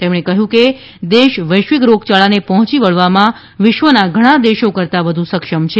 તેમણે કહ્યું કે દેશ વૈશ્વિક રોગયાળાને પહોચી વળવામાં વિશ્વના ઘણા દેશો કરતાં વધુ સક્ષમ છે